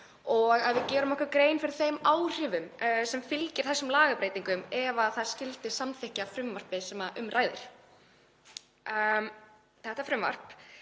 og að við gerum okkur grein fyrir þeim áhrifum sem fylgja þessum lagabreytingum ef þingið skyldi samþykkja frumvarpið sem um ræðir. Þetta frumvarp